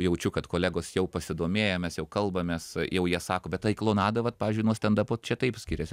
jaučiu kad kolegos jau pasidomėję mes jau kalbamės jau jie sako bet tai klounada vat pavyzdžiui nuo stendapo čia taip skiriasi